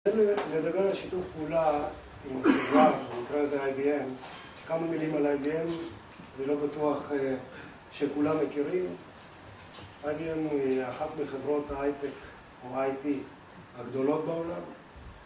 כאן נדבר על שיתוף פעולה עם ..., במקרה הזה IBM. כמה מילים על IBM, אני לא בטוח שכולם מכירים. IBM היא אחת מחברות ההיי-טק או ה-IT הגדולות בעולם.